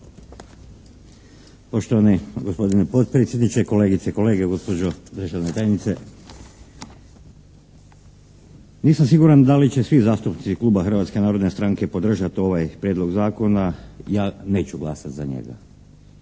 Poštovani gospodine potpredsjedniče, kolegice i kolege, gospođo državna tajnice. Nisam siguran da će svi zastupnici kluba Hrvatske narodne stranke podržati ovaj prijedlog zakona. Ja neću glasati za njega.